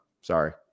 Sorry